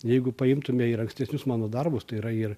jeigu paimtume ir ankstesnius mano darbus tai yra ir